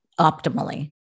optimally